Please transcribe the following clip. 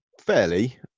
fairly